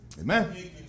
Amen